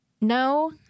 No